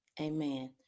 Amen